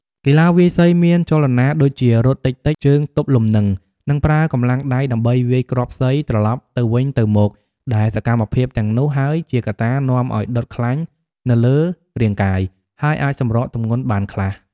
កីឡាវាយសីមានចលនាដូចជា រត់តិចៗ ជើងទប់លំនឹង និងប្រើកម្លាំងដៃដើម្បីវាយគ្រាប់សីត្រឡប់ទៅវិញទៅមក ដែលសកម្មភាពទាំងនោះហើយ ជាកត្តានាំឱ្យដុតខ្លាញ់នៅលើរាងកាយ ហើយអាចសម្រកទម្ងន់បានខ្លះ។